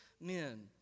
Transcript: men